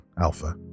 Alpha